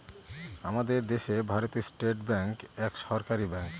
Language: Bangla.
আমাদের দেশে ভারতীয় স্টেট ব্যাঙ্ক এক সরকারি ব্যাঙ্ক